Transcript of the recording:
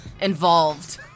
involved